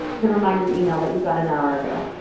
the reminder email that you got an hour ago.